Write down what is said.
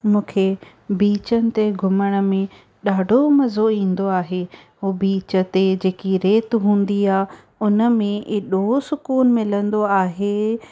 मूंखे बीचुनि ते घुमण में ॾाढो मज़ो ईंदो आहे उहो बीच ते जेकी रेत हूंदी आहे उन में एॾो सुकून मिलंदो आहे